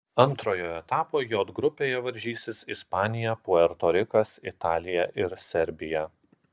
antrojo etapo j grupėje varžysis ispanija puerto rikas italija ir serbija